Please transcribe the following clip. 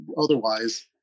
otherwise